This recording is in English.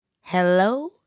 Hello